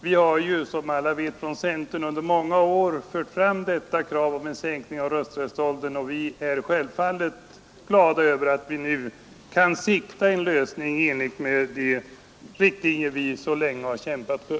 Vi har, som alla vet, från centerpartiet under många år fört fram kravet om en sänkning av rösträttsåldern, och vi är självfallet glada över att vi kan sikta en lösning i enlighet med de riktlinjer vi så länge har kämpat för.